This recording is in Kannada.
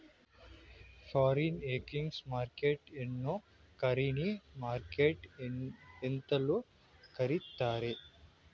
ಫಾರಿನ್ ಎಕ್ಸ್ಚೇಂಜ್ ಮಾರ್ಕೆಟ್ ಅನ್ನೋ ಕರೆನ್ಸಿ ಮಾರ್ಕೆಟ್ ಎಂತಲೂ ಕರಿತ್ತಾರೆ